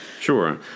Sure